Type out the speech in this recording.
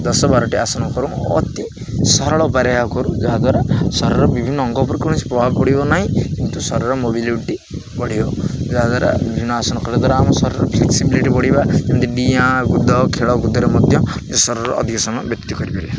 ଦଶ ବାରଟି ଆସନ କରୁ ମୁଁ ଅତି ସରଳ ବାୟାମ କରୁ ଯାହାଦ୍ୱାରା ଶରୀରର ବିଭିନ୍ନ ଅଙ୍ଗ ଉପରେ କୌଣସି ପ୍ରଭାବ ପଢ଼ିବ ନାହିଁ କିନ୍ତୁ ଶରୀରର ମୋବିଲିଟି ବଢ଼ିବ ଯାହାଦ୍ୱାରା ବିଭିନ୍ନ ଆସନ କଲେ ଦ୍ୱାରା ଆମ ଶରୀରର ଫ୍ଲେକ୍ସିବିଲିଟି ବଢ଼ିବା ଯେମିତି ଡିଆଁ କୁଦ ଖେଳକୁୁଦରେ ମଧ୍ୟ ଶରୀରର ଅଧିକ ସମୟ ବ୍ୟକ୍ତି କରିପାରିବେ